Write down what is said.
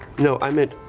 no, i meant,